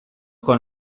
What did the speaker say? con